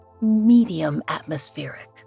medium-atmospheric